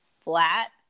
flat